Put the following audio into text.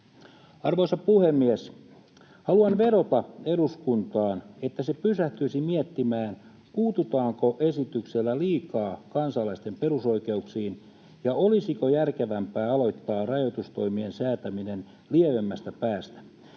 Arvoisa puhemies! Haluan vedota eduskuntaan, että se pysähtyisi miettimään, puututaanko esityksellä liikaa kansalaisten perusoikeuksiin ja olisiko järkevämpää aloittaa rajoitustoimien säätäminen lievemmästä päästä.